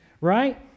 Right